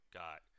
got